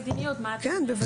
כן, בוודאי.